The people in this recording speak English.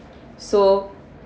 so